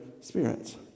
spirits